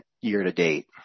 year-to-date